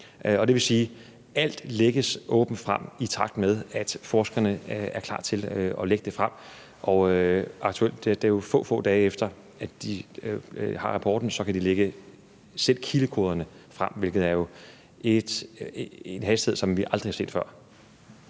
det vil sige, at alt lægges åbent frem, i takt med at forskerne er klar til at lægge det frem. Og ganske få dage efter at de har rapporten, kan de lægge selv kildekoderne frem, hvilket foregår med en hastighed, som vi aldrig har set før.